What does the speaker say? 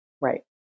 Right